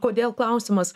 kodėl klausimas